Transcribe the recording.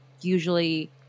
usually